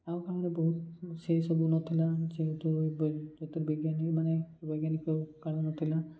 ଆଗକାଳରେ ବହୁତ ସେସବୁ ନଥିଲା ଯେହେତୁ ଏବେ ଜ୍ୟୋତିର୍ବିଜ୍ଞାନୀମାନେ ବୈଜ୍ଞାନିକ କାଳ ନଥିଲା